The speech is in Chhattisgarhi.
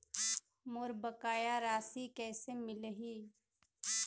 मोर बकाया राशि कैसे मिलही?